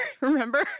remember